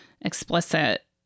explicit